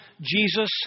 Jesus